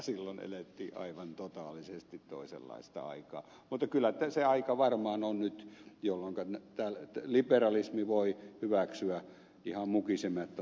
silloin elettiin aivan totaalisesti toisenlaista aikaa mutta kyllä se aika varmaan on nyt jolloinka liberalismi voi hyväksyä ihan mukisematta